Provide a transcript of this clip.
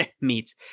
meats